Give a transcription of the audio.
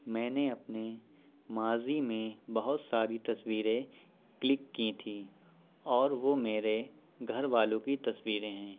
میں نے اپنی ماضی میں بہت ساری تصویریں کلک کی تھیں اور وہ میرے گھر والوں کی تصویریں ہیں